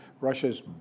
Russia's